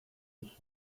ich